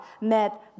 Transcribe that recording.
met